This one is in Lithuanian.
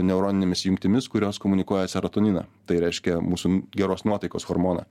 neuroninėmis jungtimis kurios komunikuoja serotoniną tai reiškia mūsų geros nuotaikos hormoną